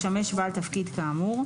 לשמש בעל תפקיד כאמור,